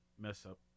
mess-up